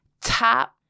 top